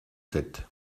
sept